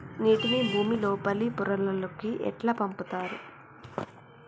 నీటిని భుమి లోపలి పొరలలోకి ఎట్లా పంపుతరు?